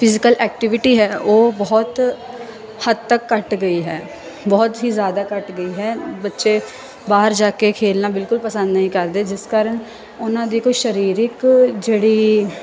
physical activity ਹੈ ਉਹ ਬਹੁਤ ਹੱਦ ਤੱਕ ਘੱਟ ਗਈ ਹੈ ਬਹੁਤ ਹੀ ਜ਼ਿਆਦਾ ਘੱਟ ਗਈ ਹੈ ਬੱਚੇ ਬਾਹਰ ਜਾ ਕੇ ਖੇਡਣਾ ਬਿਲਕੁਲ ਪਸੰਦ ਨਹੀਂ ਕਰਦੇ ਜਿਸ ਕਾਰਨ ਉਹਨਾਂ ਦੀ ਕੋਈ ਸਰੀਰਿਕ ਜਿਹੜੀ